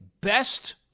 best